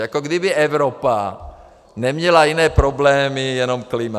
Jako kdyby Evropa neměla jiné problémy, jenom klima.